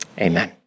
amen